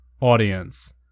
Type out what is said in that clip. audience